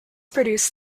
produced